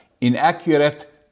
inaccurate